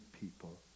people